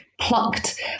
plucked